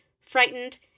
frightened